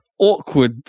awkward